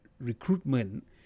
recruitment